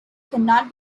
cannot